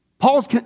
pauls